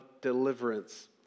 deliverance